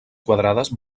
quadrades